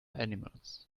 animals